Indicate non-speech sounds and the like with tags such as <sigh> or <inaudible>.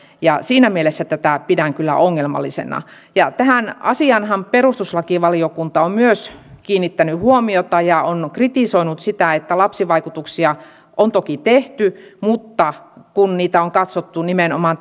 ja siinä mielessä tätä pidän kyllä ongelmallisena tähän asiaanhan myös perustuslakivaliokunta on kiinnittänyt huomiota ja kritisoinut sitä että lapsivaikutuksia on toki arvioitu mutta niitä on katsottu nimenomaan <unintelligible>